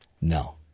No